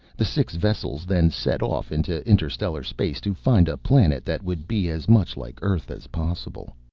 the six vessels then set off into interstellar space to find a planet that would be as much like earth as possible.